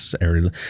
area